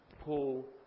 Paul